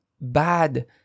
bad